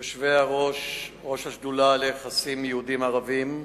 יושבי-ראש השדולה ליחסי יהודים וערבים,